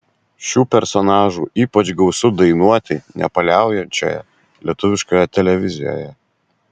šių personažų ypač gausu dainuoti nepaliaujančioje lietuviškoje televizijoje